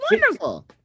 wonderful